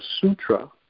sutra